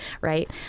right